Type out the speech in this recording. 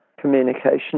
communication